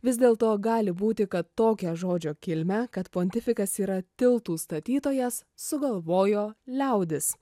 vis dėlto gali būti kad tokią žodžio kilmę kad pontifikas yra tiltų statytojas sugalvojo liaudis